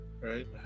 Right